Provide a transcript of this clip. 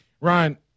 Ryan